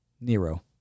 Nero